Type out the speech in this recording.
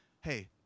hey